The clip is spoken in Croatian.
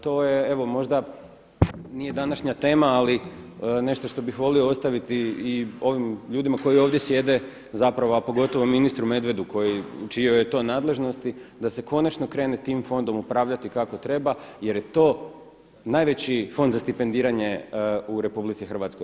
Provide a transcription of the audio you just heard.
To je evo možda, nije današnja tema ali nešto što bih volio ostaviti i ovim ljudima koji ovdje sjede, zapravo a pogotovo ministru Medvedu u čijoj je to nadležnosti da se konačno krene tim fondom upravljati kako treba jer je to najveći fond za stipendiranje u RH.